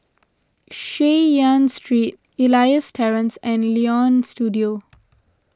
Chay Yan Street Elias Terrace and Leonie Studio